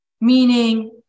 meaning